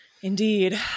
Indeed